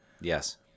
Yes